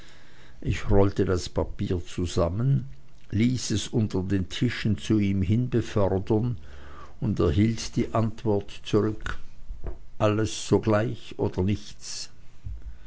ich rollte das papier zusammen ließ es unter den tischen zu ihm hin befördern und erhielt die antwort zurück sogleich alles oder nichts